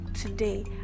today